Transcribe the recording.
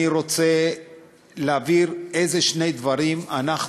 אני רוצה להבהיר איזה שני דברים אנחנו